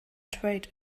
trade